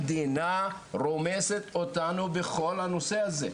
המדינה רומסת אותנו בכל הנושא הזה,